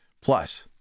Plus